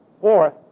Fourth